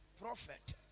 prophet